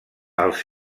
els